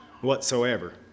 whatsoever